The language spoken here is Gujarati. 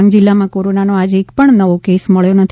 ડાંગ જીલ્લામાં કોરોનાનો આજે એક પણ નવો કેસ મળ્યો નથી